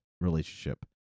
relationship